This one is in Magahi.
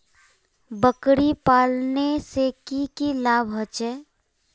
बकरी पालने से की की लाभ होचे?